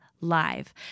live